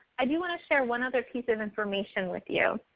i do want to share one other piece of information with you.